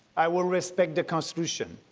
i will respect the constitution.